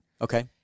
Okay